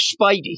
Spidey